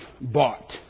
bought